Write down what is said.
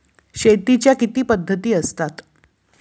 शेतीच्या किती पद्धती असतात?